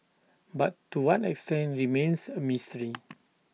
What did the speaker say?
but to one extent remains A mystery